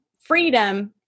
freedom